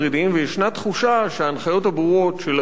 וישנה תחושה שההנחיות הברורות של אדוני,